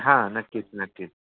हा नक्कीच नक्कीच